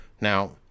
Now